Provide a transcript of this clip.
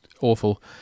awful